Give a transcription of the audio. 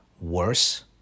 worse